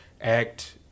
act